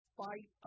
fight